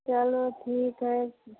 चलो ठीक है